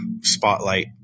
spotlight